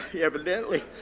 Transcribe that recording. Evidently